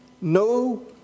No